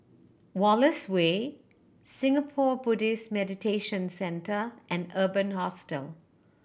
Wallace Way Singapore Buddhist Meditation Centre and Urban Hostel